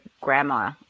Grandma